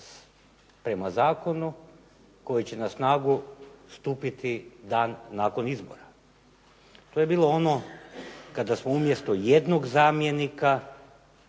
prema zakonu koji će na snagu stupiti dan nakon izbora. To je bilo ono kada smo umjesto jednog zamjenika,